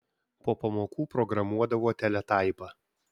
po pamokų programuodavo teletaipą